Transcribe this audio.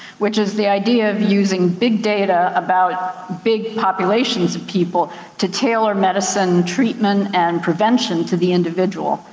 which is the idea of using big data about big populations of people to tailor medicine, treatment, and prevention to the individual.